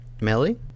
Melly